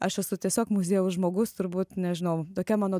aš esu tiesiog muziejaus žmogus turbūt nežinau tokia mano